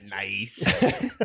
nice